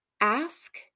Ask